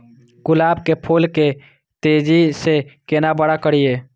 गुलाब के फूल के तेजी से केना बड़ा करिए?